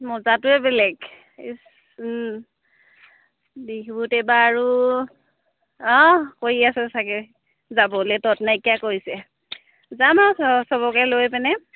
মজাটোৱে বেলেগ বিহুত এইবাৰ আৰু অঁ কৰি আছে চাগে যাবলৈ তত নাইকীয়া কৰিছে যাম আৰু চ সবকে লৈ পেনে